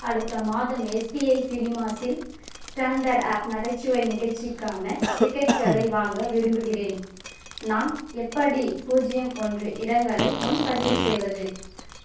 அடுத்த மாதம் எஸ்பிஐ சினிமாஸில் ஸ்டாண்டட்அப் நகைச்சுவை நிகழ்ச்சிக்கான டிக்கெட்டுகளை வாங்க விரும்புகிறேன் நான் எப்படி பூஜ்யம் ஒன்று இடங்களை முன்பதிவு செய்வது